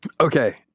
Okay